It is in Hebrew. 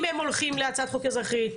אם הם הולכים להצעת חוק אזרחי,